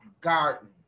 garden